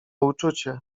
uczucie